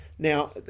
Now